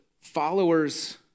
followers